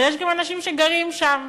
אבל יש גם אנשים שגרים שם,